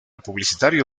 publicitario